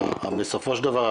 בסופו של דבר,